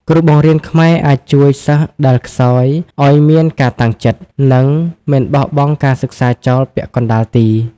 គ្រូបង្រៀនខ្មែរអាចជួយសិស្សដែលខ្សោយឱ្យមានការតាំងចិត្ត និងមិនបោះបង់ការសិក្សាចោលពាក់កណ្តាលទី។